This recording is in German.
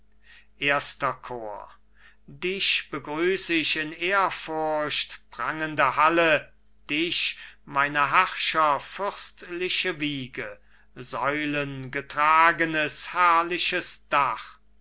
erster chor cajetan dich begrüß ich in ehrfurcht prangende halle dich meiner herrscher fürstliche wiege säulengetragenes herrliches dach